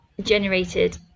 generated